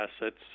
assets